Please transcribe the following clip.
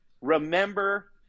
remember